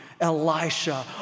Elisha